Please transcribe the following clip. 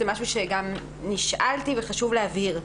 זה משהו שגם נשאלתי וחשוב להבהיר.